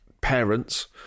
parents